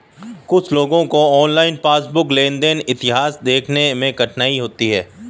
कुछ लोगों को ऑनलाइन पासबुक लेनदेन इतिहास देखने में कठिनाई होती हैं